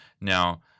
Now